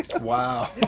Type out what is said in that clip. wow